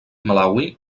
malawi